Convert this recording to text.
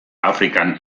afrikan